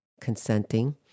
consenting